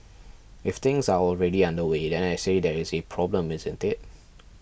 if things are already underway then I say there is a problem isn't it